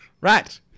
Right